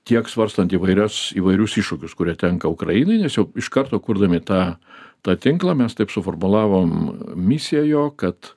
tiek svarstant įvairias įvairius iššūkius kurie tenka ukrainai nes jau iš karto kurdami tą tą tinklą mes taip suformulavom misiją jo kad